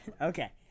Okay